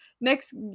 next